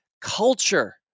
culture